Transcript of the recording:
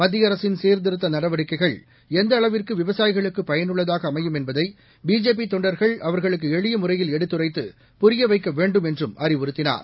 மத்திய அரசின் சீர்திருத்த நடவடிக்கைகள் எந்த அளவிந்கு விவசாயிகளுக்கு பயனுள்ளதாக அமையும் என்பதை பிஜேபி தொண்டர்கள் அவர்களுக்கு எளிய முறையில் எடுத்துரைத்து புரிய வைக்க வேண்டும் என்றும் அறிவுறுத்தினார்